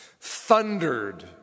Thundered